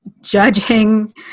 judging